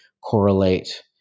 correlate